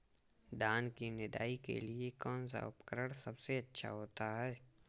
धान की निदाई के लिए कौन सा उपकरण सबसे अच्छा होता है?